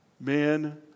man